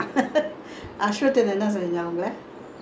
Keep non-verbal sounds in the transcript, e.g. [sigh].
வாய் இப்டி இருக்குனா:vaai ipdi irukkunaa [laughs]